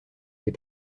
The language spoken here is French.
les